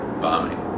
bombing